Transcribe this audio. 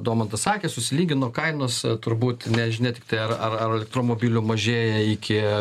domantas sakė susilygino kainos a turbūt nežinia tiktai ar ar ar elektromobilių mažėja iki